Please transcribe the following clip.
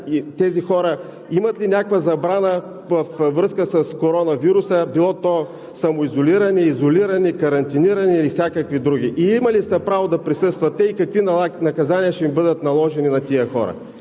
тези хора имат ли някаква забрана във връзка с коронавируса – било то самоизолиране, изолиране, карантиниране и всякакви други? Имали ли са право те да присъстват и какви наказания ще им бъдат наложени на тези хора?